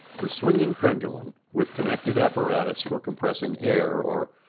the swinging pendulum, with connected apparatus for compressing air or,